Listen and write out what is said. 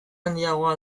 handiagoa